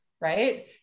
right